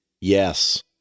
Yes